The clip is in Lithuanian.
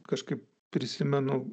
kažkaip prisimenu